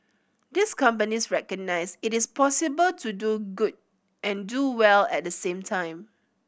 these companies recognise it is possible to do good and do well at the same time